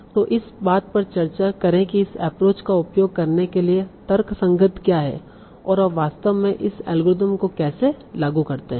तो इस बात पर चर्चा करें कि इस एप्रोच का उपयोग करने के लिए तर्कसंगत क्या है और आप वास्तव में इस एल्गोरिदम को कैसे लागू करते हैं